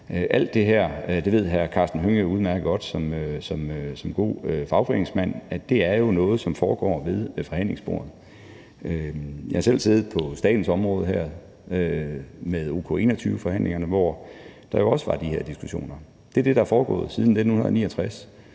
Alt det her ved hr. Karsten Hønge udmærket godt som god fagforeningsmand, altså at det er noget, som foregår ved forhandlingsbordet. Jeg har selv siddet på statens område her med OK 21-forhandlingerne, hvor der jo også var de her diskussioner. Det er det, der er foregået siden 1969,